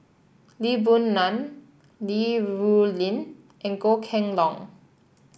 Lee Boon Ngan Li Rulin and Goh Kheng Long